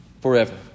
forever